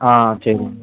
ஆ சரிங்க